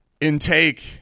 intake